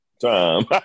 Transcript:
Time